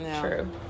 True